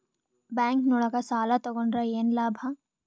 Bank ನೊಳಗ ಸಾಲ ತಗೊಂಡ್ರ ಏನು ಲಾಭ?